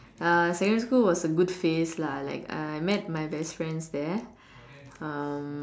uh secondary school was a good phase lah like I met my best friend there uh